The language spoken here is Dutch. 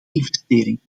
investering